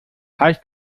heißt